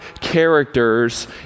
characters